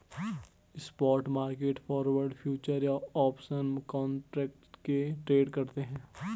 spot market forward, futures या options contract में trade करते हैं